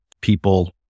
people